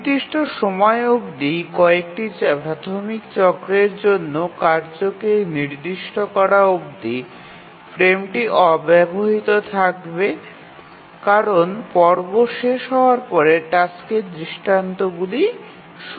নির্দিষ্ট সময় অবধি কয়েকটি প্রাথমিক চক্রের জন্য কার্যকে নির্দিষ্ট করা অবধি ফ্রেমটি অব্যবহৃত থাকবে কারণ পর্ব শেষ হওয়ার পরে টাস্কের দৃষ্টান্তগুলি শুরু হবে